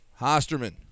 Hosterman